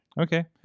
Okay